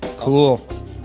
Cool